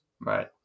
right